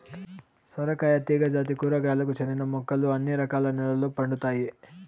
సొరకాయ తీగ జాతి కూరగాయలకు చెందిన మొక్కలు అన్ని రకాల నెలల్లో పండుతాయి